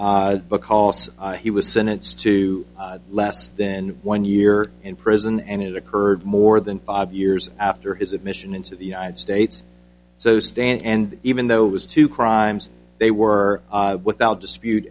e because he was sentenced to less than one year in prison and it occurred more than five years after his admission into the united states so stan and even though it was two crimes they were without dispute